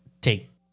take